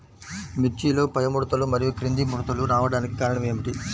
మిర్చిలో పైముడతలు మరియు క్రింది ముడతలు రావడానికి కారణం ఏమిటి?